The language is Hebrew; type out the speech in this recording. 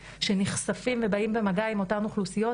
שנחשפים ובאים במגע עם אותן אוכלוסיות,